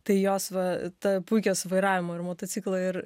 tai jos va ta puikios vairavimo ir motociklo ir